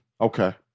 Okay